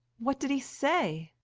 what did he say?